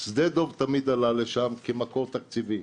שדה דב תמיד עלה לשם כמקור תקציבי.